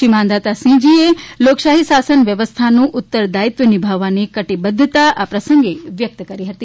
શ્રી માંધાતાસિંહજીએ લોકશાહી શાસન વ્યવસ્થાનું ઉત્તરદાયિત્વ નિભાવવાની કટિબદ્ધતા વ્યક્ત કરી હતી